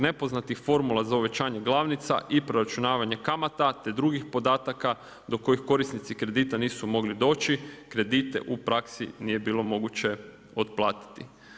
nepoznatih formula za uvećanje glavnica i proračunavanje kamata te drugih podataka do kojih korisnici kredita nisu mogli doći, kredite u praksi nije bilo moguće otplatiti.